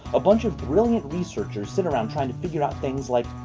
a bunch of brilliant researchers sent around trying to figure out things like,